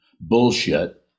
bullshit